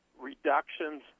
reductions